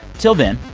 until then,